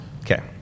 Okay